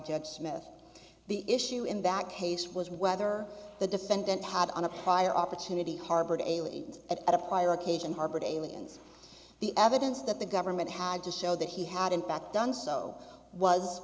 judge smith the issue in that case was whether the defendant had on a prior opportunity harbored aliens at a prior occasion harbored aliens the evidence that the government had to show that he had in fact done so was